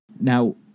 Now